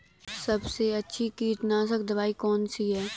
सबसे अच्छी कीटनाशक दवाई कौन सी है?